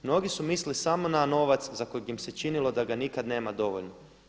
Mnogi su misli samo na novac za kojeg im se činilo da ga nikad nema dovoljno.